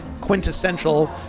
quintessential